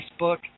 Facebook